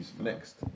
next